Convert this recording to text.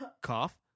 Cough